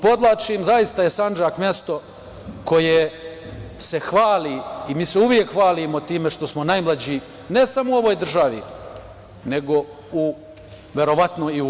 Podvlačim, zaista je Sandžak mesto koje se hvali i mi se uvek hvalimo time što smo najmlađi, ne samo u ovoj državi, nego verovatno i u Evropi.